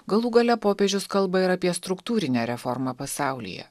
galų gale popiežius kalba ir apie struktūrinę reformą pasaulyje